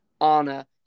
Anna